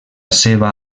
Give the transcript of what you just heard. seva